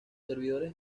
servidores